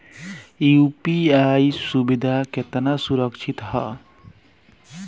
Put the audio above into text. UPI सुविधा केतना सुरक्षित ह?